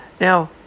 Now